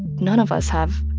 none of us have